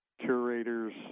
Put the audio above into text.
curators